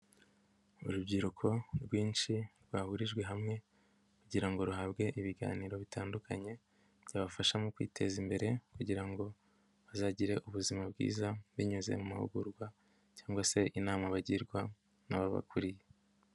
Urubyiruko rwinshi rwahurijwe hamwe kugira ngo ruhabwe ibiganiro bitandukanye byabafasha mu kwiteza imbere kugira ngo bazagire ubuzima bwiza binyuze mu mahugurwa cyangwa se inama bagirwa n'ababakuriye.